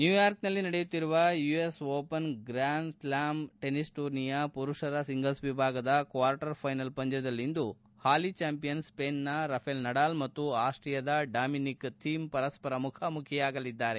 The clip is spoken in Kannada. ನ್ಯೂಯಾರ್ಕ್ ನಲ್ಲಿ ನಡೆಯುತ್ತಿರುವ US open grand slam tennis ಟೂರ್ನಿಯ ಪುರುಷರ ಸಿಂಗಲ್ಲ್ ವಿಭಾಗದ ಕ್ವಾರ್ಟರ್ ಫೈನಲ್ ಪಂದ್ಯದಲ್ಲಿಂದು ಹಾಲಿ ಚಾಂಪಿಯನ್ ಸ್ವೇನ್ ನ ರಾಫೆಲ್ ನಡಾಲ್ ಮತ್ತು ಆಸ್ಟೀಯಾದ ಡಾಮಿನಿಕ್ ಥೀಮ್ ಪರಸ್ಪರ ಮುಖಾಮುಖಿಯಾಗಲಿದ್ದಾರೆ